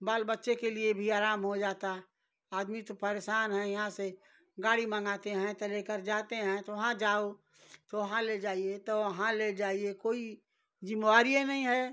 बाल बच्चे के लिए भी आराम हो जाता आदमी तो परेशान है यहाँ से गाड़ी मँगाते हैं तो लेकर जाते हैं तो वहाँ जाओ तो वहाँ ले जाइए तो वहाँ ले जाइए कोई जिम्मेवारि नहीं है